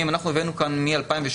אנחנו הבאנו כאן מ-2018.